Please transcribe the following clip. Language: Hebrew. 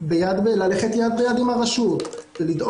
אם אני רוצה ללכת יד ביד עם הרשות